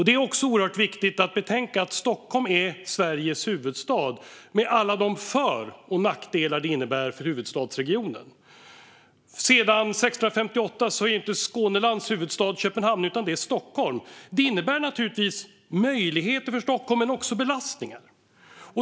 Det är också oerhört viktigt att betänka att Stockholm är Sveriges huvudstad med alla de för och nackdelar som det innebär för huvudstadsregionen. Sedan 1658 är inte Skånelands huvudstad Köpenhamn, utan det är Stockholm. Det innebär naturligtvis möjligheter för Stockholm men också belastningar.